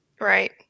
Right